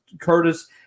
Curtis